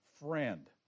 friend